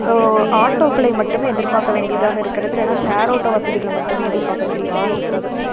ஆட்டோக்களை மட்டும் எதிர் பார்க்க வேண்டியதாக இருக்கிறது இல்லைன்னா ஷேர் ஆட்டோ வசதிகளை மட்டும் எதிர் பார்க்க வேண்டியதாக இருக்கிறது